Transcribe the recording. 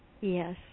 Yes